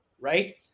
right